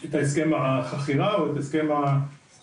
את הסכם החכירה או את הסכם השכירות,